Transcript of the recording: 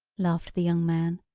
laughed the young man.